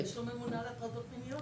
יש לו ממונה על הטרדות מיניות.